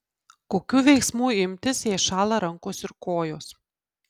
kokių veiksmų imtis jei šąla rankos ir kojos